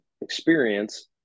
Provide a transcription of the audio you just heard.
experience